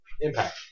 impact